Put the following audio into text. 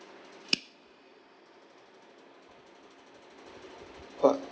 part